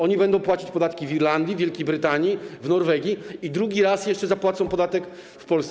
Oni będą płacić podatki w Irlandii, w Wielkiej Brytanii, w Norwegii i drugi raz jeszcze zapłacą podatek w Polsce.